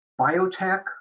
biotech